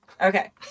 Okay